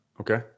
Okay